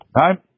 Right